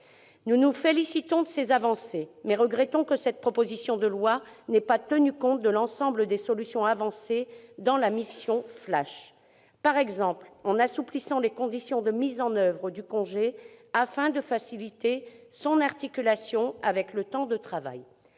Nous nous félicitons de ces avancées, mais regrettons que cette proposition de loi ne tienne pas compte de l'ensemble des solutions avancées par la « mission flash ». Ainsi, il conviendrait d'assouplir les conditions de mise en oeuvre du congé, afin de faciliter son articulation avec le temps de travail.